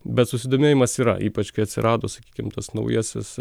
bet susidomėjimas yra ypač kai atsirado sakykim tas naujasis